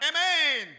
Amen